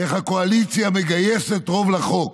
איך הקואליציה מגייסת רוב לחוק.